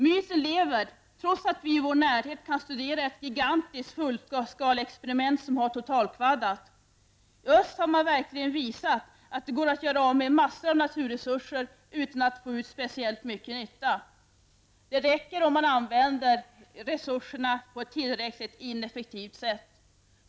Myten lever trots att vi i vår närhet kan studera ett gigantiskt fullskaleexperiment som har totalkvaddat. I öst har man verkligen visat att det går att göra av med massor av naturresurser utan att få ut speciellt mycket nytta. Det räcker om man använder resurserna på ett tillräckligt ineffektivt sätt.